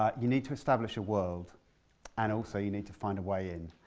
ah you need to establish a world and also you need to find a way in.